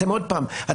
עוד פעם,